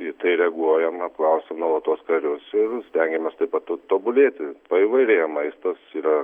į tai reaguojam apklausiam nuolatos karius stengiamės taip pat to tobulėti paįvairėjo maistas yra